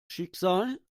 schicksal